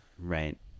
Right